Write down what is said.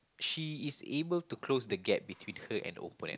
she is able to close the gap between her and opponent